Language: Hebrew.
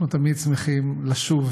אנחנו תמיד שמחים לשוב